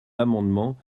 amendements